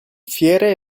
fiere